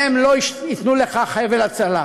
הם לא ייתנו לך חבל הצלה.